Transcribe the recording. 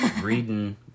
reading